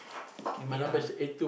can meet lah